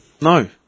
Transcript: no